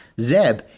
Zeb